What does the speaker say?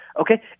Okay